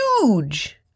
huge